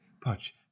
punch